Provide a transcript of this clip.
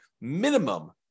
minimum